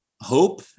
hope